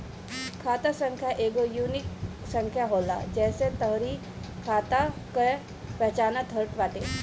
खाता संख्या एगो यूनिक संख्या होला जेसे तोहरी खाता कअ पहचान होत बाटे